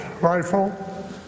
rifle